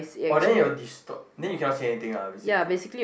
oh then it will then you cannot see anything lah basically